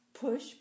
Push